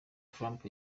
trump